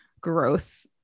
growth